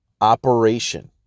operation